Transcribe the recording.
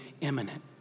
imminent